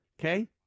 okay